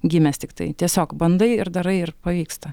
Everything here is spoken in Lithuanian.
gimęs tiktai tiesiog bandai ir darai ir pavyksta